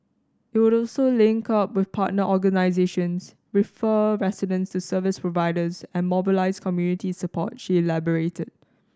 it would also link up with partner organisations refer residents to service providers and mobilise community support she elaborated